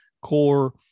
core